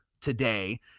today